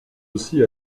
aussi